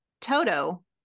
Toto